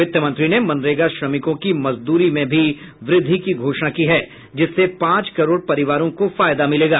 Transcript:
वित्त मंत्री ने मनरेगा श्रमिकों की मजदूरी में भी वुद्धि की घोषणा की जिससे पांच करोड़ परिवारों को फायदा मिलेगा